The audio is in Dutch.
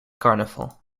carnaval